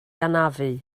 anafu